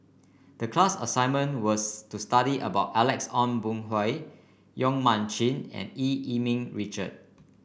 the class assignment was to study about Alex Ong Boon Hau Yong Mun Chee and Eu Yee Ming Richard